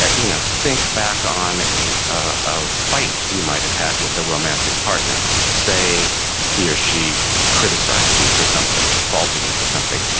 ah you know, think back on a ah ah fight you might had with a romantic partner. say he or she criticized you for something, faulted you for something.